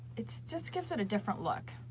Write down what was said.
it just gives it a different look.